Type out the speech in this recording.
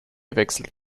gewechselt